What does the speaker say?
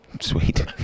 Sweet